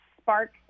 spark